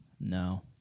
No